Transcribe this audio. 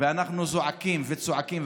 אנחנו זועקים וצועקים,